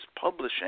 Publishing